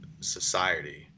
society